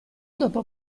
dopo